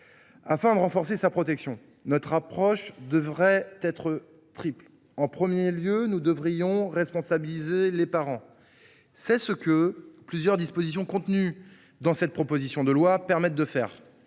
Afin de renforcer sa protection, notre approche devrait être triple. Premièrement, nous devrions responsabiliser les parents. C’est ce que plusieurs dispositions contenues dans cette proposition de loi permettent de faire.